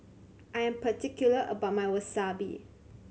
I am particular about my Wasabi